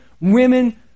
women